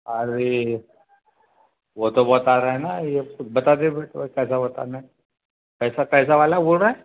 अरे वो तो बता रहा है ना ये बता दे बेटा कैसा बताना है कैसा कैसा वाला बोल रहा है